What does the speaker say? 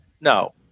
No